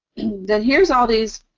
then here's all these,